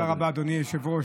תודה רבה, אדוני היושב-ראש.